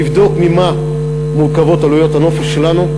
לבדוק ממה מורכבות עלויות הנופש שלנו,